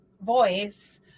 voice